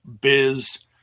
biz